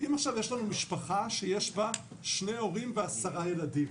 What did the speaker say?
אם עכשיו יש לנו משפחה שיש בה שני הורים ו-10 ילדים.